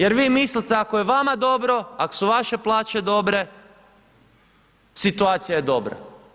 Jer vi mislite, ako je vama dobro, ako su vaše plaće dobre, situacija je dobra.